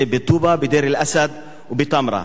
בטובא, בדיר-אל-אסד ובתמרה.